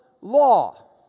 law